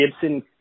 Gibson